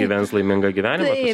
gyvens laimingą gyvenimą